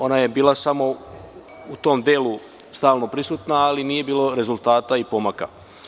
Ona je bila samo u tom delu stalno prisutna, ali nije bilo rezultata i pomaka.